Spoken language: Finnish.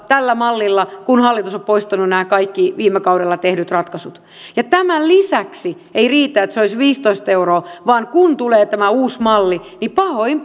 tällä mallilla kun hallitus on poistanut nämä kaikki viime kaudella tehdyt ratkaisut tämän lisäksi ei riitä että se olisi viisitoista euroa vaan kun tulee tämä uusi malli niin pahoin